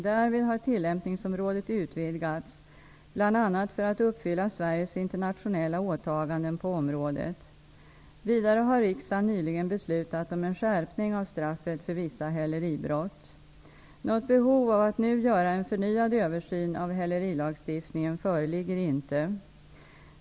Därvid har tillämpningsområdet utvidgats, bl.a. för att uppfylla Sveriges internationella åtaganden på området. Vidare har riksdagen nyligen beslutat om en skärpning av straffet för vissa häleribrott. Något behov av att nu göra en förnyad översyn av hälerilagstiftningen föreligger inte.